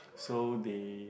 so they